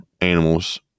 animals